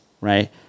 Right